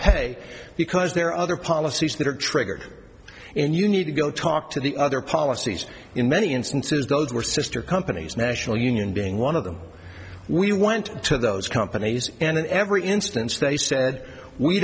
pay because there are other policies that are triggered in you need to go talk to the other policies in many instances those were sister companies national union being one of them we went to those companies and in every instance they said we